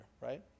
right